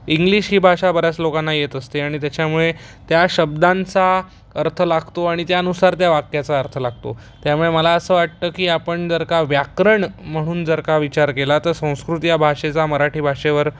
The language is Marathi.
इंग्लिश ही भाषा बऱ्याच लोकांना येत असते आणि त्याच्यामुळे त्या शब्दांचा अर्थ लागतो आणि त्यानुसार त्या वाक्याचा अर्थ लागतो त्यामुळे मला असं वाटतं की आपण जर का व्याकरण म्हणून जर का विचार केला तर संस्कृत या भाषेचा मराठी भाषेवर